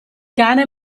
cane